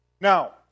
Now